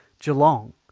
Geelong